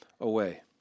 away